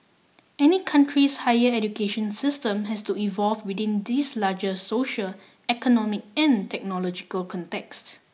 any country's higher education system has to evolve within these larger social economic and technological contexts